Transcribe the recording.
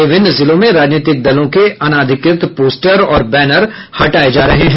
विभिन्न जिलों में राजनीतिक दलों के अनाधिकृत पोस्टर और बैनर हटाये जा रहे हैं